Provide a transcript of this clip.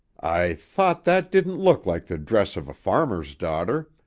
i thought that didn't look like the dress of a farmer's daughter!